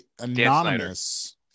anonymous